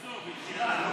בוסו, בשירה.